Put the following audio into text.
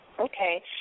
Okay